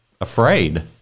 afraid